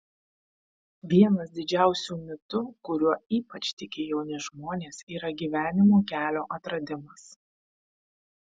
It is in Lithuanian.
vienas didžiausių mitu kuriuo ypač tiki jauni žmonės yra gyvenimo kelio atradimas